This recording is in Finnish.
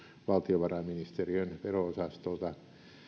valtiovarainministeriön vero osastolta